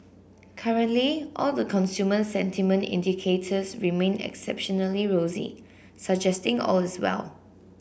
currently all the consumer sentiment indicators remain exceptionally rosy suggesting all is well